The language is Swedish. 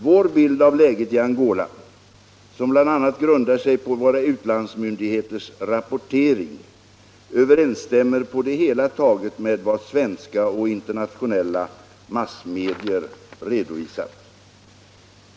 Vår bild av läget i Angola, som bl.a. grundar sig på våra utlandsmyndigheters rapportering, överensstämmer på det hela taget med vad svenska och internationella massmedier redovisat.